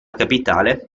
capitale